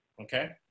Okay